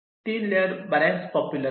3 layer बरेच popular आहे